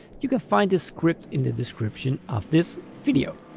you can find this script in the description of this video.